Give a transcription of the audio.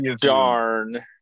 darn